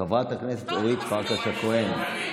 חברת הכנסת טלי גוטליב?